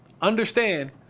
understand